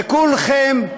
וכולכם,